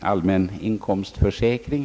allmän inkomstförsäkring.